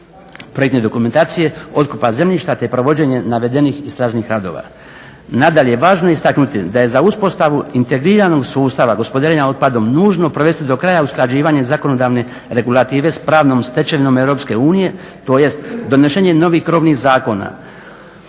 projektne dokumentacije, otkupa zemljišta, te provođenje navedenih istražnih radova. Nadalje važno je istaknuti da je za uspostavu integriranog sustava gospodarenja otpadom nužno provesti do kraja usklađivanje zakonodavne regulative sa pravnom stečevinom EU tj. donošenje novih krovnih zakona